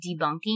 debunking